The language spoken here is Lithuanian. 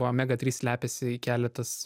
omega trys slepiasi keletas